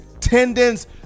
tendons